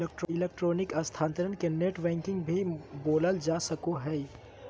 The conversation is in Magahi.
इलेक्ट्रॉनिक स्थानान्तरण के नेट बैंकिंग भी बोलल जा हइ